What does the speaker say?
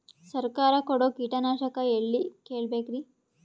ಸರಕಾರ ಕೊಡೋ ಕೀಟನಾಶಕ ಎಳ್ಳಿ ಕೇಳ ಬೇಕರಿ?